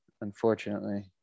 unfortunately